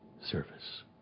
service